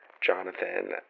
Jonathan